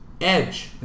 Edge